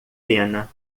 pena